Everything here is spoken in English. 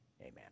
Amen